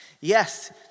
yes